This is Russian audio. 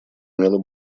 имело